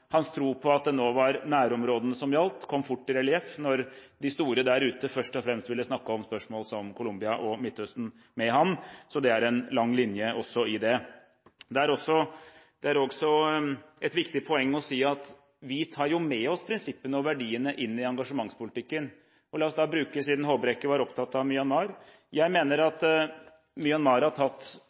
hans tro på at det nå var nærområdene som gjaldt, kom fort i relieff når de store der ute først og fremst ville snakke om spørsmål som Colombia og Midtøsten med ham. Så det er en lang linje også i det. Det er også et viktig poeng å si at vi tar med oss prinsippene og verdiene inn i engasjementspolitikken. Siden Håbrekke var opptatt av Myanmar, mener jeg at Myanmar har tatt